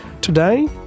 Today